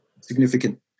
significant